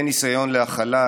אין ניסיון להכלה,